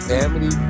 Family